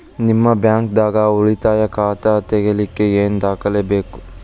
ನಿಮ್ಮ ಬ್ಯಾಂಕ್ ದಾಗ್ ಉಳಿತಾಯ ಖಾತಾ ತೆಗಿಲಿಕ್ಕೆ ಏನ್ ದಾಖಲೆ ಬೇಕು?